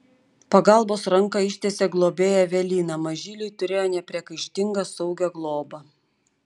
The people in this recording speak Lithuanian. pagalbos ranką ištiesė globėja evelina mažyliai turėjo nepriekaištingą saugią globą